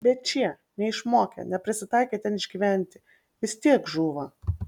bet šie neišmokę neprisitaikę ten išgyventi vis tiek žūva